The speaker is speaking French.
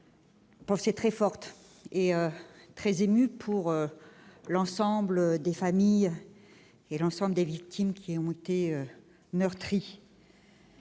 Pour qui est très forte et très émue pour l'ensemble des familles et l'ensemble des victimes qui ont été meurtries.